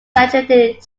exaggerated